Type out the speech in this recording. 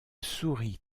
souris